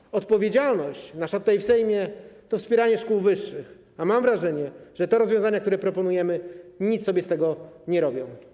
Nasza odpowiedzialność tutaj, w Sejmie to wspieranie szkół wyższych, a mam wrażenie, że rozwiązania, które proponujemy, nic sobie z tego nie robią.